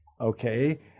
Okay